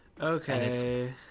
okay